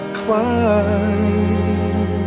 climb